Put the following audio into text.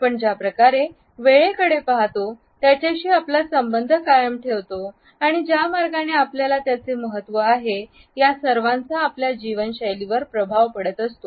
आपण ज्या प्रकारे वेळकडे पाहतो त्याच्याशी आपला संबंध कायम ठेवतो आणि ज्या मार्गाने आपल्याला त्याचे महत्त्व आहे या सर्वांचा आपल्या जीवनशैलीवर प्रभाव पडत असतो